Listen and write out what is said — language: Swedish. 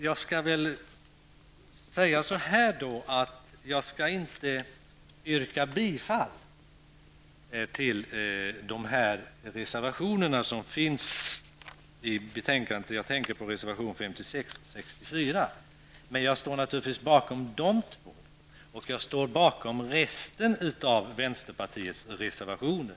Jag skall inte yrka bifall till de reservationer som fogats till betänkandet. Jag tänker på reservationerna 56 och 64. Men jag står naturligtvis bakom de två reservationerna och jag står bakom resten av vänsterpartiets reservationer.